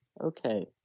Okay